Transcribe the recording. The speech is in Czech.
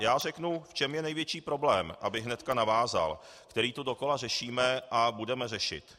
Já řeknu, v čem je největší problém, abych hned navázal, který tu dokola řešíme a budeme řešit.